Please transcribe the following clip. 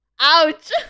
Ouch